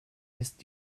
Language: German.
ist